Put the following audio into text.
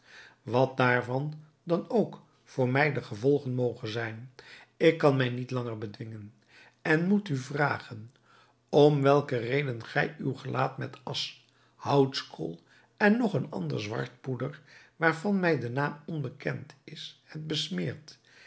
wat daarvan dan ook voor mij de gevolgen mogen zijn ik kan mij niet langer bedwingen en moet u vragen om welke reden gij uw gelaat met asch houtskool en nog een ander zwart poeder waarvan mij de naam onbekend is hebt besmeerd